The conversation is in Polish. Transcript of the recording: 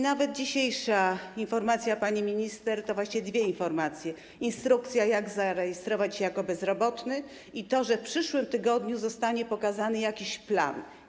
Nawet dzisiejsza informacja pani minister to właściwie dwie informacje: instrukcja, jak zarejestrować się jako bezrobotny, i to, że w przyszłym tygodniu zostanie pokazany jakiś plan.